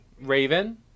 Raven